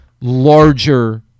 larger